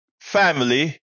family